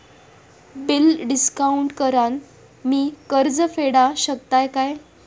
Bill discount करान मी कर्ज फेडा शकताय काय?